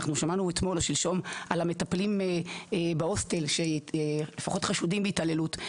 אנחנו שמענו אתמול או שלשום על המטפלים בהוסטל שחשודים בהתעללות.